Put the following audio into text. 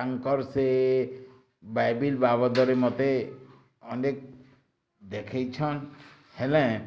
ତାଙ୍କର ସେ ବାଇବେଲ ବାବଦରେ ମୋତେ ଅନେକ ଦେଖାଇଛନ୍ ହେଲେଁ